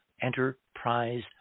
enterprise